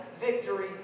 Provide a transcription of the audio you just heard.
victory